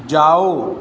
जाओ